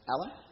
Alan